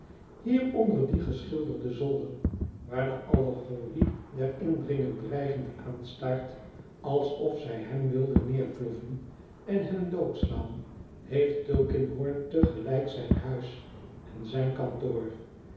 hier onder dien geschilderden zolder waarde allegorie den indringer dreigend aanstaart alsof zij op hem wilde neerploffen en hem doodslaan heeft tulkinghorn te gelijk zijn huis en zijn kantoor